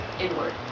inward